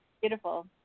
Beautiful